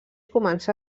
començà